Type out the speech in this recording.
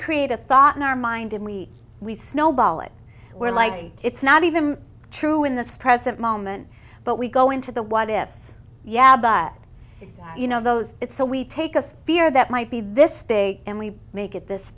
create a thought in our mind and we we snowball it where like it's not even true in this present moment but we go into the what ifs yeah but you know those it so we take us fear that might be this big and we make it this